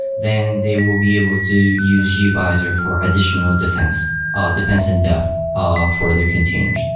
then they will be able to use gvisor for additional defense ah defense in depth ah for their containers.